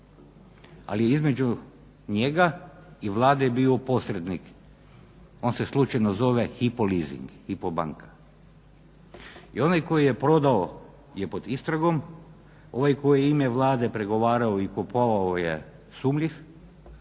Ali između njega i Vlade je bio posrednik. On se slučajno zove Hypo leasing, Hypo banka. I onaj koji je prodao je pod istragom, ovaj koji je u ime Vlade pregovarao i kupovao je sumnjiv.